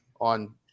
on